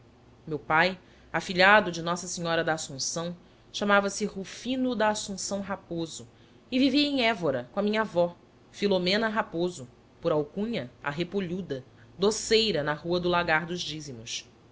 meu pai afilhado de nossa senhora da assunção chamava-se rufino da assunção raposo e vivia em évora com minha avó filomena raposo por alcunha a repolhuda doceira na rua do lagar dos dízimos